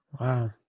Wow